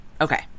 Okay